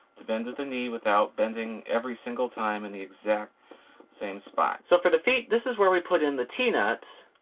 to bend at the knee without bending every single time in the exact same spot. so for the feet, this is where we put in the t-nuts.